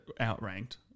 outranked